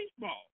baseball